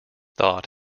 thought